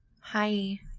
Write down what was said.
Hi